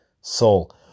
soul